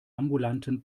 ambulanten